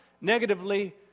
negatively